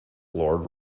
lord